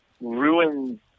ruins